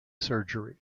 surgery